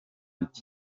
iki